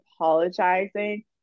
apologizing